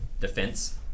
defense